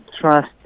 trust